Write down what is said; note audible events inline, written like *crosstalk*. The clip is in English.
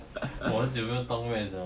*laughs* 我很久没有动 maths liao